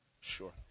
Sure